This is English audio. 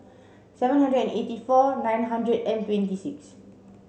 seven hundred and eighty four nine hundred and twenty six